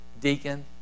deacon